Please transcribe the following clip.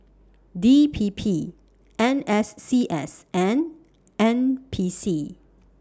D P P N S C S and N P C